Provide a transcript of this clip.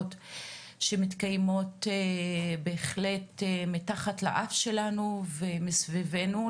שמתקיימות בהחלט מתחת לאף שלנו ומסביבנו,